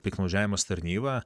piktnaudžiavimas tarnyba